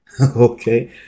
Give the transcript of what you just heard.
okay